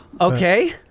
Okay